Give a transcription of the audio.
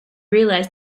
realise